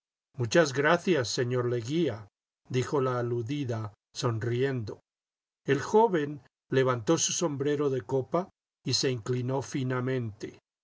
muchas gracias señor leguía dijo la aludida sonriendo el joven levantó su sombrero de copa y se inclinó finamente